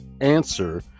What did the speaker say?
answer